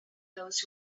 those